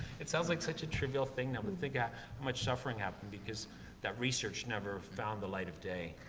it sounds like such a trivial thing now, but and think how yeah much suffering happened because that research never found the light of day,